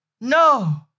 No